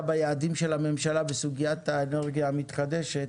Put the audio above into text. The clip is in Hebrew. ביעדים של הממשלה בסוגיית האנרגיה המתחדשת,